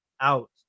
out